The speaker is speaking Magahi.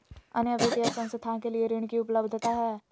अन्य वित्तीय संस्थाएं के लिए ऋण की उपलब्धता है?